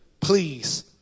please